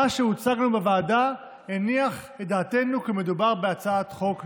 מה שהוצג לנו בוועדה הניח את דעתנו כי מדובר בהצעת חוק נכונה.